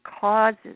causes